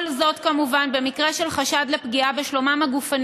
כל זאת כמובן במקרה של חשד לפגיעה בשלומם הגופני